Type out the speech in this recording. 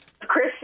Chris